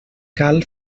cal